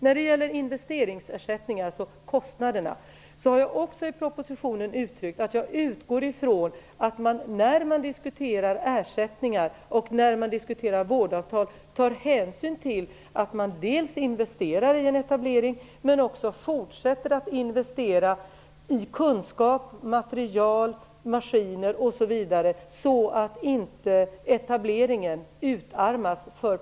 När det gäller investeringsersättningar och kostnaderna har jag också i propositionen uttryckt att jag utgår ifrån att man när man diskuterar ersättningar och vårdavtal tar hänsyn till att man investerar i en etablering, men också att man för patientens säkerhets skull fortsätter att investera i kunskap, material, maskiner, osv. så att inte etableringen utarmas.